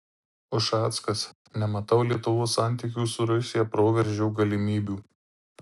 ušackas nematau lietuvos santykių su rusija proveržio galimybių